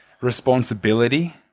responsibility